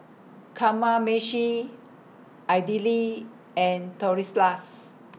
Kamameshi Idili and